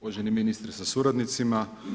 Uvaženi ministre sa suradnicima.